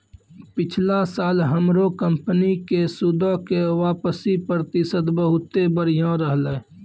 पिछला साल हमरो कंपनी के सूदो के वापसी प्रतिशत बहुते बढ़िया रहलै